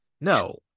No